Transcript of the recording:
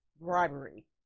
Bribery